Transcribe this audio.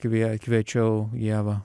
kvie kviečiau ievą